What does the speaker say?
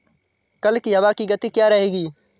कल की हवा की गति क्या रहेगी?